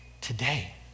today